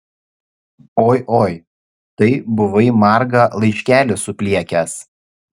oi oi tai buvai margą laiškelį supliekęs